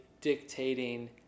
dictating